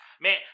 Man